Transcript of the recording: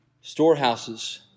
Storehouses